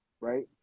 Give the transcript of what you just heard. right